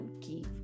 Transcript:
keep